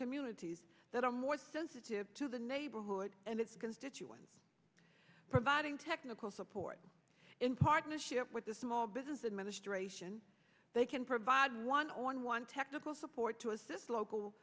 communities that are more sensitive to the neighborhood and its constituents providing technical support in partnership with the small business administration they can provide one on one technical support to assist local